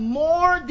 more